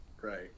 Right